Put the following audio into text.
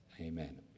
Amen